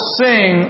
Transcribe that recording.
sing